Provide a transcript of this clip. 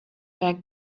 back